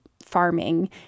farming